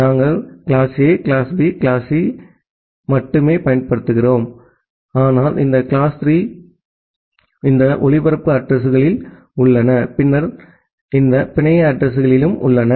நாங்கள் class A class B class C ஐ மட்டுமே பயன்படுத்துகிறோம் ஆனால் இந்த 3 கிளாஸ்களுக்குள் இந்த ஒளிபரப்பு அட்ரஸிங்கள் உள்ளன பின்னர் இந்த பிணைய அட்ரஸிங்கள் உள்ளன